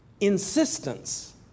insistence